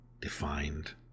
defined